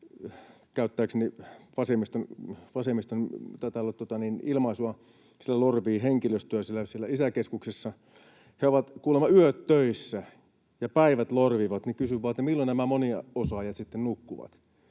käyttääkseni tätä vasemmiston ilmaisua — lorvii henkilöstöä. Kun he ovat kuulemma yöt töissä ja päivät lorvivat, niin kysyn vain, milloin nämä moniosaajat sitten nukkuvat.